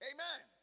Amen